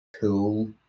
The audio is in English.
cool